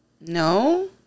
No